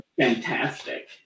Fantastic